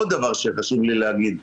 עוד דבר שחשוב לי להגיד,